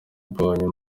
mbonye